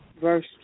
Verse